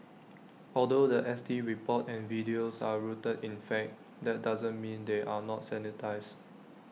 although The S T report and videos are rooted in fact that doesn't mean they are not sanitised